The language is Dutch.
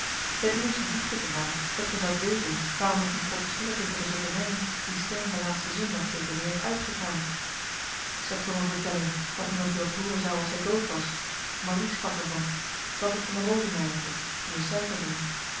hecht ik er aan dat ge zoudt weten waarom ik niet protesteer tegen de zotternyen die stern den laatsten zondag zeker weer heeft uitgekraamd wat is dat voor een vertelling van iemand die wat hooren zou als hy dood was marie sprak er van ze had het van de rosemeyertjes die in suiker doen